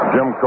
Jim